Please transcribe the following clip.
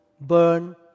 burn